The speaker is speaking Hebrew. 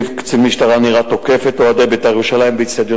קצין משטרה נראה תוקף את אוהדי "בית"ר ירושלים"